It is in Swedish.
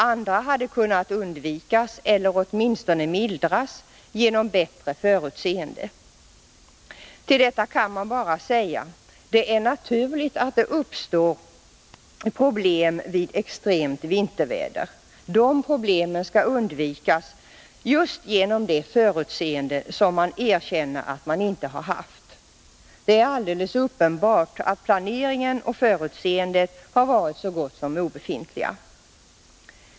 Andra hade kunnat undvikas eller åtminstone mildras genom bättre förutseende ——=-.” Till detta kan man bara säga att det är naturligt att det uppstår problem vid extremt vinterväder. De problemen skall undvikas just genom det förutseende som man erkänner att man inte har haft. Det är alldeles uppenbart att planering och förutseende har varit något näst intill obefintligt.